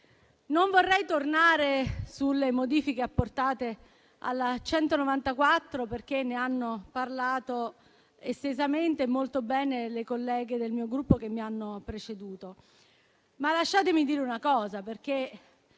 Non vorrei tornare sulle modifiche apportate alla legge n. 194, perché ne hanno parlato estesamente e molto bene le colleghe del mio Gruppo che mi hanno preceduta, ma lasciatemi dire una cosa, perché